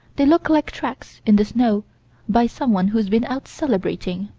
they look like tracks in the snow by someone who's been out celebrating,